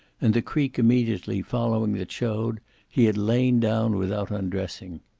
and the creak immediately following that showed he had lain down without undressing.